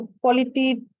quality